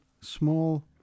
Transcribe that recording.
small